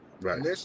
Right